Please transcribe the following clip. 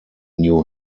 new